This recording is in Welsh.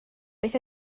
beth